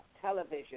television